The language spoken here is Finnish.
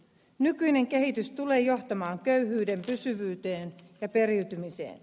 nykyinen kehitys tulee johtamaan köyhyyden pysyvyyteen ja periytymiseen